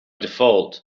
default